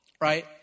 right